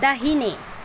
दाहिने